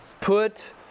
put